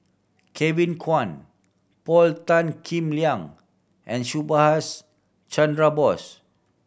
Kevin Kwan Paul Tan Kim Liang and Subhas Chandra Bose